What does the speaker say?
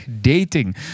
Dating